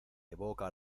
evoca